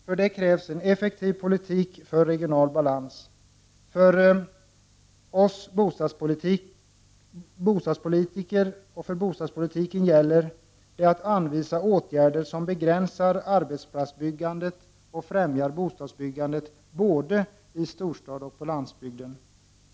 För det krävs en effektiv politik för regional balans. För oss bostadspolitiker gäller det att anvisa åtgärder som begränsar arbetsplatsbyggandet och främjar bostadsbyggandet både i storstad och på landsbygden.